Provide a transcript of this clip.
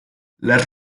las